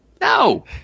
No